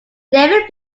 navy